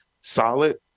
solid